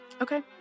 Okay